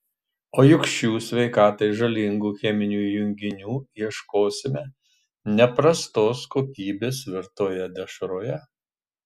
o juk šių sveikatai žalingų cheminių junginių ieškosime ne prastos kokybės virtoje dešroje